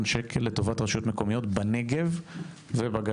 שקלים לטובת רשויות מקומיות בנגב ובגליל.